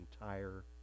entire